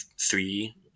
three